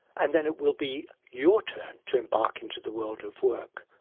and then it will be your turn to embark into the world of work,